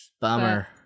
Bummer